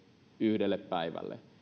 yhdelle päivälle